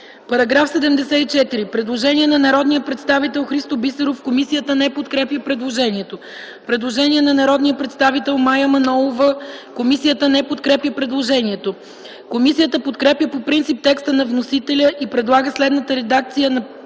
Параграф 74. Има предложение на народния представител Христо Бисеров. Комисията не подкрепя предложението. Има предложение на народния представител Мая Манолова. Комисията не подкрепя предложението. Комисията подкрепя по принцип текста на вносителя и предлага следната редакция на § 74 по